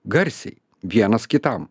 garsiai vienas kitam